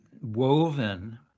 woven